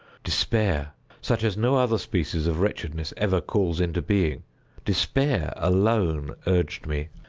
despair such as no other species of wretchedness ever calls into being despair alone urged me,